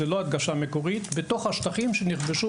מופיעים מספר הפלסטינים בתוך השטחים שנכבשו